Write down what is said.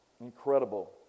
Incredible